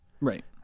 Right